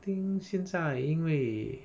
think 现在因为